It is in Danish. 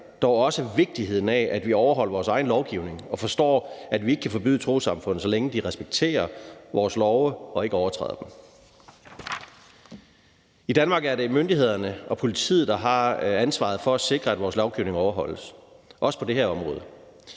dog også vigtigheden af, at vi overholder vores egen lovgivning og forstår, at vi ikke kan forbyde trossamfund, så længe de respekterer vores love og ikke overtræder dem. I Danmark er det myndighederne og politiet, der har ansvaret for at sikre, at vores lovgivning overholdes, også på det her område.